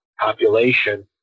population